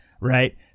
right